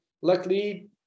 luckily